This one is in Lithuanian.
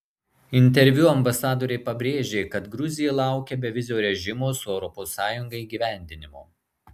interviu ambasadorė pabrėžė kad gruzija laukia bevizio režimo su europos sąjunga įgyvendinimo